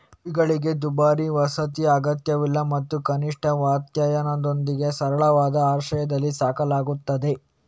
ಕುರಿಗಳಿಗೆ ದುಬಾರಿ ವಸತಿ ಅಗತ್ಯವಿಲ್ಲ ಮತ್ತು ಕನಿಷ್ಠ ವಾತಾಯನದೊಂದಿಗೆ ಸರಳವಾದ ಆಶ್ರಯದಲ್ಲಿ ಸಾಕಲಾಗುತ್ತದೆ